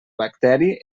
bacteri